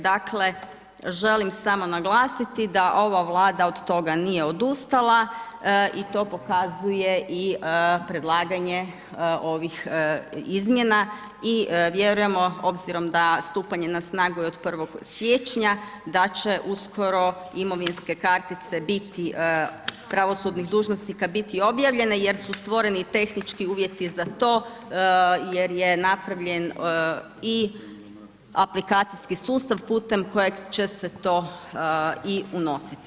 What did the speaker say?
Dakle želim samo naglasiti da ova Vlada od toga nije odustala i to pokazuje i predlaganje ovih izmjena i vjerujemo obzirom da stupanje na snagu je od 1. siječnja, da će uskoro imovinske kartice pravosudnih dužnosnika biti objavljene jer su stvoreni tehnički uvjeti za to jer je napravljen i aplikacijski sustav putem kojeg će se to i unositi.